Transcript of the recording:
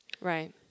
Right